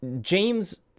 james